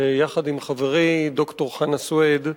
שיחד עם חברי, ד"ר חנא סוייד,